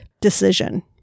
decision